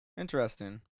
interesting